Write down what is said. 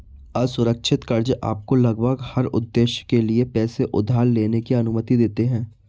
असुरक्षित कर्ज़ आपको लगभग हर उद्देश्य के लिए पैसे उधार लेने की अनुमति देते हैं